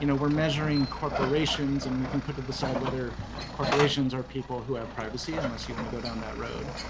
you know we're measuring corporations and we can put to the side whether corporations are people who have privacy unless you want to go down that road.